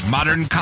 Modern